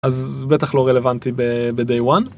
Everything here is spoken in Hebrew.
אז זה בטח לא רלוונטי ב-day one